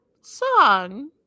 song